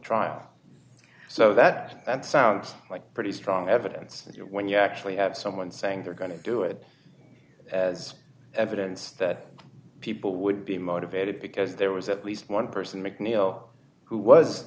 trial so that sounds like pretty strong evidence that when you actually have someone saying they're going to do it as evidence that people would be motivated because there was at least one person mcneil who was